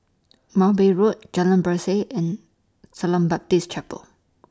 Mowbray Road Jalan Berseh and Shalom Baptist Chapel